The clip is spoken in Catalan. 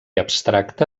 abstracte